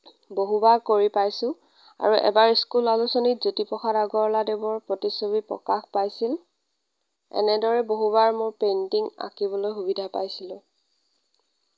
বহুবাৰ কৰি পাইছো আৰু এবাৰ স্কুল আলোচনীত জ্যোতিপ্ৰসাদ আগৰৱালাদেৱৰ প্ৰতিচ্ছবি প্ৰকাশ পাইছিল এনেদৰে বহুবাৰ মই পেইণ্টিং আঁকিবলৈ সুবিধা পাইছিলোঁ